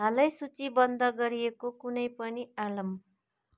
हालै सूची बन्द गरिएको कुनै पनि अलार्म